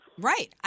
Right